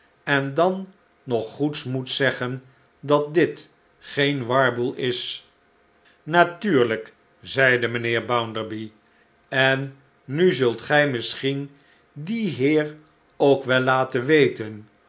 en dan nog goedsmoeds zeggen dat dit geen warboel is natuurlijk zeide mijnheer bounderby en nu zult gij misschien dien heer ook wel laten weten